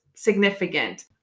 Significant